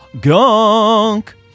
Gunk